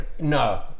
no